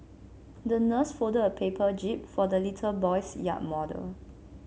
the nurse folded a paper jib for the little boy's yacht model